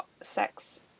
sex